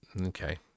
Okay